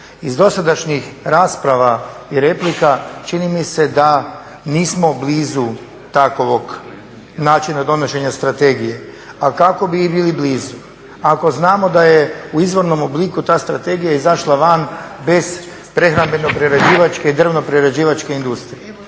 Iz dosadašnjih rasprava i replika, čini mi se da nismo blizu takvog načina donošenja strategije, a kako bi i bili blizu ako znamo da je u izvornom obliku ta strategija izašla van bez prehrambeno prerađivačke i drvno prerađivačke industrije.